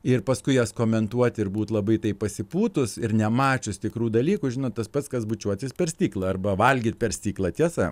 ir paskui jas komentuoti ir būt labai tai pasipūtus ir nemačius tikrų dalykų žinot tas pats kas bučiuotis per stiklą arba valgyt per stiklą tiesa